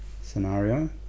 scenario